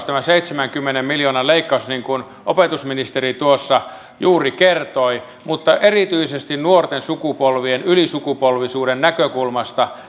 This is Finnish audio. tämä seitsemänkymmenen miljoonan leikkaus on äärimmäisen vaikea niin kuin opetusministeri tuossa juuri kertoi mutta erityisesti nuorten sukupolvien ylisukupolvisuuden näkökulmasta